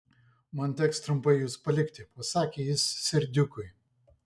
man teks trumpai jus palikti pasakė jis serdiukui